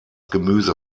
gemüse